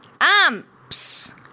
Amps